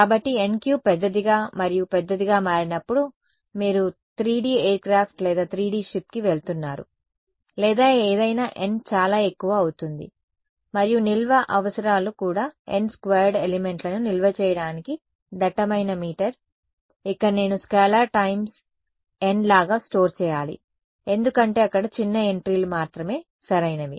కాబట్టి n3 పెద్దదిగా మరియు పెద్దదిగా మారినప్పుడు మీరు 3 D ఎయిర్ క్రాఫ్ట్ లేదా 3 D షిప్కి వెళుతున్నారు లేదా ఏదైనా n చాలా ఎక్కువ అవుతుంది మరియు నిల్వ అవసరాలు కూడా n స్క్వేర్డ్ ఎలిమెంట్లను నిల్వ చేయడానికి దట్టమైన మీటర్ ఇక్కడ నేను స్కేలార్ టైమ్స్ n లాగా స్టోర్ చేయాలి ఎందుకంటే అక్కడ చిన్న ఎంట్రీలు మాత్రమే సరైనవి